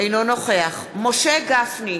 אינו נוכח משה גפני,